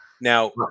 Now